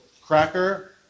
cracker